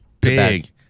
Big